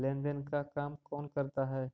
लेन देन का काम कौन करता है?